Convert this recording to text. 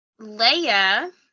Leia